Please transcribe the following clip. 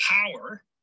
power